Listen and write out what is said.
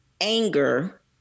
anger